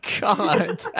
god